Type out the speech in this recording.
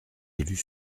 élus